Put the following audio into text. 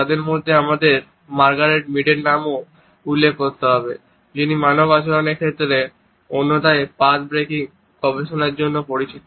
তাদের মধ্যে আমাদের মার্গারেট মিডের নামও উল্লেখ করতে হবে যিনি মানব আচরণের ক্ষেত্রে অন্যথায় পাথ ব্রেকিং গবেষণার জন্যও পরিচিত